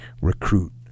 recruit